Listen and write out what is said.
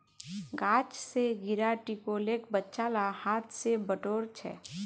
गाछ स गिरा टिकोलेक बच्चा ला हाथ स बटोर छ